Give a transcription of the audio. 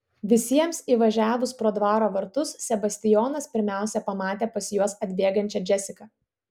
visiems įvažiavus pro dvaro vartus sebastijonas pirmiausia pamatė pas juos atbėgančią džesiką